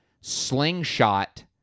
slingshot